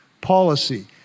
policy